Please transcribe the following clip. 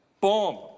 boom